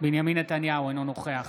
בנימין נתניהו, אינו נוכח